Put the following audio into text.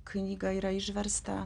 knyga yra išversta